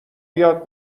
بیاد